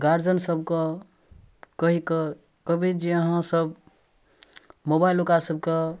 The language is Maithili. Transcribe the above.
गार्जियनसभके कहिकऽ कहबै जे अहाँसभ मोबाइल ओकरासभके